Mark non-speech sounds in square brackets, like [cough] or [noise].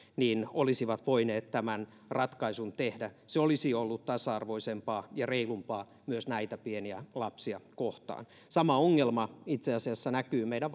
olisivat voineet tämän ratkaisun tehdä se olisi ollut tasa arvoisempaa ja reilumpaa myös näitä pieniä lapsia kohtaan sama ongelma itse asiassa näkyy meidän [unintelligible]